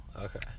okay